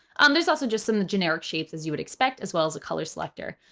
um there's also just some the generic shapes, as you would expect, as well as a color selector.